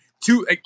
two